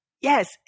Yes